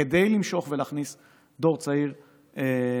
כדי למשוך ולהכניס דור צעיר לחקלאות.